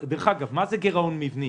דרך אגב, מה זה גירעון מבני?